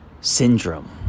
Syndrome